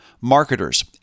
marketers